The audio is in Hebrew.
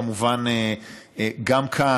כמובן גם כאן,